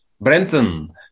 Brenton